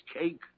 cake